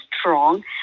strong